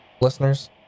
Listeners